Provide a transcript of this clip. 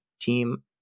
team